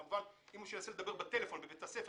כמובן אם מישהו ינסה לדבר בטלפון בבית הספר